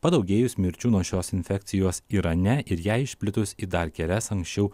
padaugėjus mirčių nuo šios infekcijos irane ir jai išplitus į dar kelias anksčiau